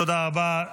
תודה רבה.